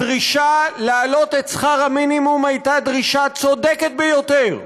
הדרישה להעלות את שכר המינימום הייתה דרישה צודקת ביותר.